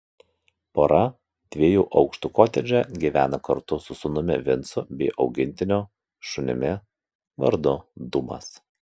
pora dviejų aukštų kotedže gyvena kartu su sūnumi vincu bei augintiniu šunimi vardu dūmas